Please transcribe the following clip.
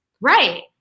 Right